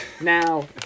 Now